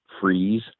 freeze